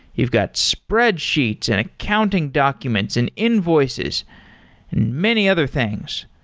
you've got spreadsheets, and accounting documents, and invoices, and many other things.